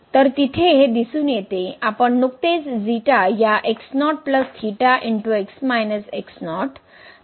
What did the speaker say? तर तिथे हे दिसून येते आपण नुकतेच या ने बदलले आहे